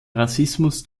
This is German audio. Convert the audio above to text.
rassismus